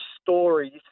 stories